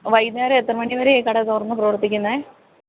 വൈകുന്നേരം എത്ര മണി വരെയാണ് ഈ കട തുറന്ന് പ്രവര്ത്തിക്കുന്നത്